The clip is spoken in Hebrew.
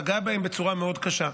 פגעה בהם בצורה מאוד קשה,